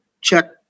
check